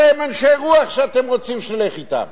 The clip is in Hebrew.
אלה הם אנשי הרוח שאתם רוצים שנלך אתם.